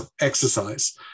exercise